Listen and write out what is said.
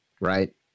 right